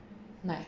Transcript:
like